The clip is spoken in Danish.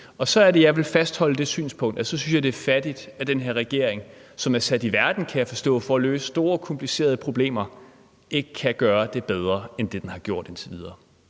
Så er det, at jeg vil fastholde det synspunkt, at jeg synes, at det er fattigt, at den her regering – som er sat i verden, kan jeg forstå, for at løse store, komplicerede problemer – ikke kan gøre det bedre end det, den har gjort indtil videre.,